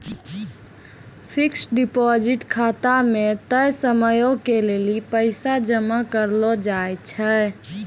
fixed deposit खाता मे तय समयो के लेली पैसा जमा करलो जाय छै